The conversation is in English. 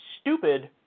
stupid